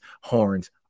Horns